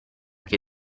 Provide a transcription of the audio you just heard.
che